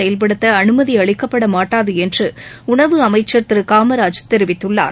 செயல்படுத்த அனுமதி அளிக்கப்பட மாட்டாது என்று உணவு அமைச்சர் திரு காமராஜ் தெரிவித்துள்ளார்